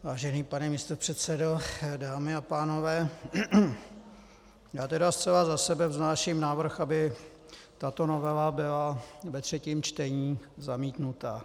Vážený pane místopředsedo, dámy a pánové, já tedy zcela za sebe vznáším návrh, aby tato novela byla ve třetím čtení zamítnuta.